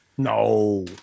No